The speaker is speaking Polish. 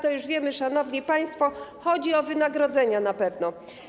To już wiemy, szanowni państwo, że chodzi o wynagrodzenia na pewno.